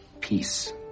Peace